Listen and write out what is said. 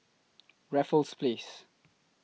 Raffles Place